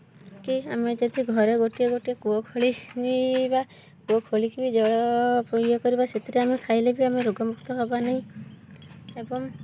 କି ଆମେ ଯଦି ଘରେ ଗୋଟିଏ ଗୋଟିଏ କୂଅ ଖୋଳିବା କୂଅ ଖୋଳିକି ଜଳକୁ ଇଏ କରିବା ସେଥିରେ ଆମେ ଖାଇଲେ ବି ଆମେ ରୋଗମୁକ୍ତ ହବା ନାହିଁ ଏବଂ